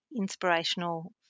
inspirational